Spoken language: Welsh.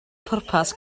pwrpas